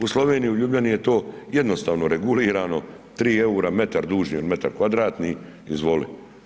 U Sloveniji, Ljubljani je to jednostavno reguliranom 3 eura metar dužni ili metar kvadratni, izvoli.